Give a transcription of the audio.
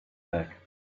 back